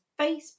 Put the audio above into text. Facebook